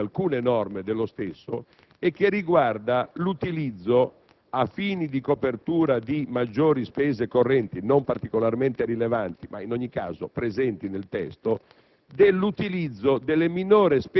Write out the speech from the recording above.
a proposito di alcune norme dello stesso, e relativa all'utilizzo, a fini di copertura di maggiori spese correnti (non particolarmente rilevanti, ma in ogni caso presenti nel testo),